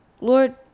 Lord